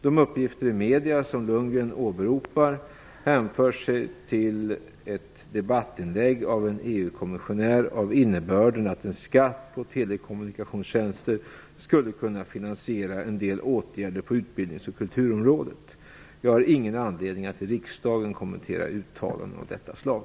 De uppgifter i massmedier som Bo Lundgren åberopar hänför sig till ett debattinlägg av en EU kommissionär av innebörden att en skatt på telekommunikationstjänster skulle kunna finansiera en del åtgärder på utbildnings och kulturområdet. Jag har ingen anledning att i riksdagen kommentera uttalanden av detta slag.